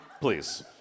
please